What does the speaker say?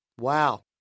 Wow